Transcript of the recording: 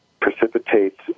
precipitates